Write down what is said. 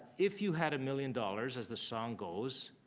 if you had a million dollars as the song goes,